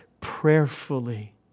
prayerfully